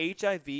HIV